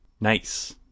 nice